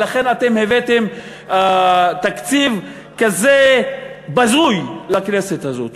ולכן אתם הבאתם תקציב כזה בזוי לכנסת הזאת.